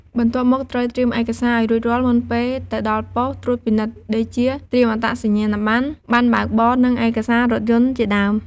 បន្ទាប់មកត្រូវត្រៀមឯកសារឲ្យរួចរាល់មុនពេលទៅដល់ប៉ុស្តិ៍ត្រួតពិនិត្យ ដូចជា ត្រៀមអត្តសញ្ញាណប័ណ្ណ បណ្ណបើកបរ និងឯកសាររថយន្ត ជាដើម។